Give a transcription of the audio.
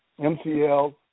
MCL